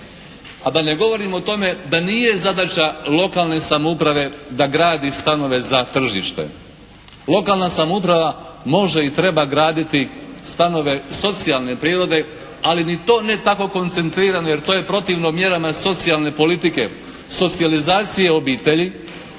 a da ne govorim o tome da nije zadaća lokalne samouprave da gradi stanove za tržište. Lokalna samouprava može i treba graditi stanove socijalne prirode, ali ni to ne tako koncentrirano jer to je protivno mjerama socijalne politike, socijalizacije obitelji